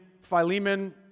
Philemon